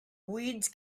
weeds